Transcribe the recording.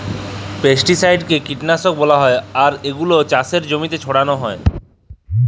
পেস্টিসাইডকে কীটলাসক ব্যলা হ্যয় এবং এগুলা চাষের জমিল্লে ছড়াল হ্যয়